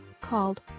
called